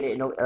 no